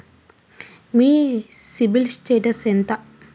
మీ CIBIL status ఎంత?